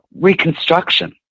Reconstruction